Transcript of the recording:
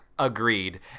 Agreed